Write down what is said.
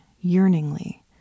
yearningly